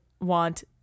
want